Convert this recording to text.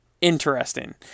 interesting